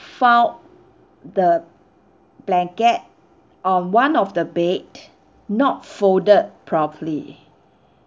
found the blanket on one of the bed not folded properly